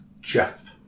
jeff